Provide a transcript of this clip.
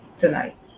tonight